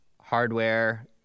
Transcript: Hardware